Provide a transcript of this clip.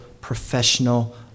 professional